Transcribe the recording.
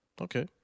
Okay